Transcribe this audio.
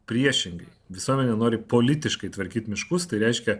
priešingai visuomenė nori politiškai tvarkyt miškus tai reiškia